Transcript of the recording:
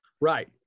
right